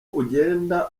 ugenda